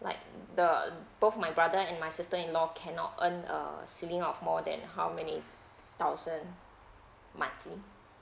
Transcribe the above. like the both my brother and my sister in law cannot earn uh ceiling of more than how many thousand monthly